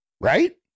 right